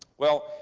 well,